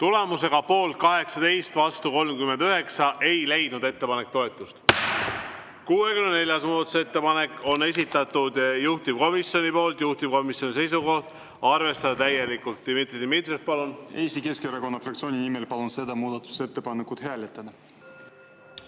Tulemusega poolt 18, vastu 39, ei leidnud ettepanek toetust. 64. muudatusettepaneku on esitanud juhtivkomisjon, juhtivkomisjoni seisukoht on arvestada täielikult. Dmitri Dmitrijev, palun! Eesti Keskerakonna fraktsiooni nimel palun seda muudatusettepanekut hääletada.